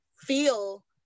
feel